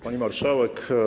Pani Marszałek!